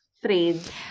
phrase